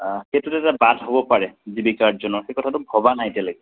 সেইটোত এটা বাট হ'ব পাৰে জীৱিকা আৰ্জনৰ সেই কথাটো ভবা নাই এতিয়ালৈকে